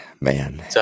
Man